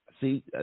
See